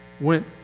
went